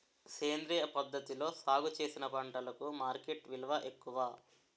సేంద్రియ పద్ధతిలో సాగు చేసిన పంటలకు మార్కెట్ విలువ ఎక్కువ